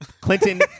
Clinton